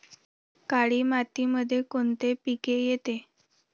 काळी मातीमध्ये कोणते पिके येते?